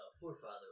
forefather